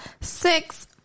six